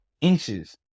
inches